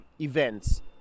events